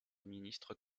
ministres